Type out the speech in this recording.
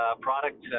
product